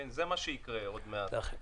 זה מה שיקרה עוד מעט.